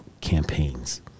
campaigns